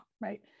right